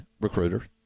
recruiter